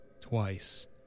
twice